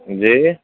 جی